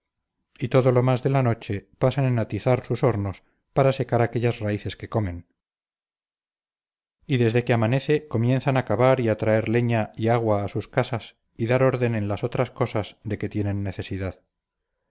y todo lo más de la noche pasan en atizar sus hornos para secar aquellas raíces que comen y desde que amanece comienzan a cavar y a traer leña y agua a sus casas y dar orden en las otras cosas de que tienen necesidad